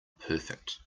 perfect